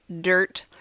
dirt